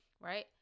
right